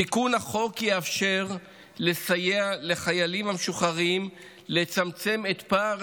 תיקון החוק יאפשר לסייע ללוחמים המשוחררים לצמצם את פער